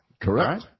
Correct